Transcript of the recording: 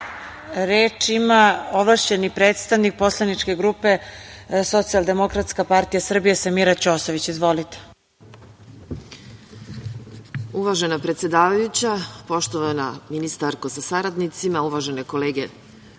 ima ovlašćeni predstavnik poslaničke grupe Socijaldemokratska partija Srbije Samira Ćosović. **Samira Ćosović** Uvažena predsedavajuća, poštovana ministarko sa saradnicima, uvažene kolege narodni